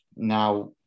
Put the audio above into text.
now